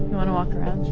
want to walk around?